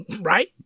Right